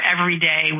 everyday